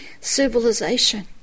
civilization